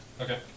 Okay